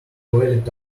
valid